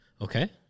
Okay